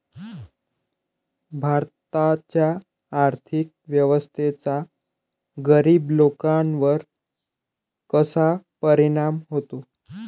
भारताच्या आर्थिक व्यवस्थेचा गरीब लोकांवर कसा परिणाम होतो?